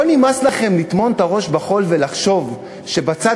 לא נמאס לכם לטמון את הראש בחול ולחשוב שבצד